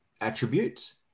attributes